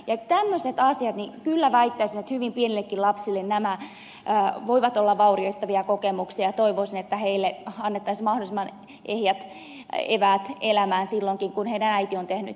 ja tämmöiset asiat kyllä väittäisin hyvin pienillekin lapsille voivat olla vaurioittavia kokemuksia ja toivoisin että heille annettaisiin mahdollisimman ehjät eväät elämään silloinkin kun heidän äitinsä on tehnyt